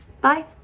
Bye